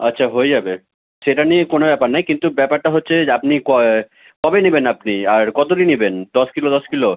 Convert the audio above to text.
আচ্ছা হয়ে যাবে সেটা নিয়ে কোনো ব্যাপার নেই কিন্তু ব্যাপারটা হচ্ছে আপনি ক কবে নিবেন আপনি আর কত লি নিবেন দশ কিলো দশ কিলো